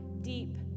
deep